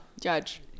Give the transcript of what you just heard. judge